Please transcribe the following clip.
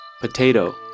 Potato